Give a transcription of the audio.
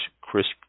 crisp